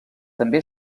també